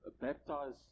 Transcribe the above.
baptize